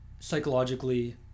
psychologically